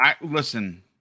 Listen